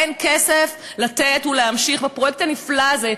אין כסף לתת ולהמשיך בפרויקט הנפלא הזה,